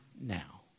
now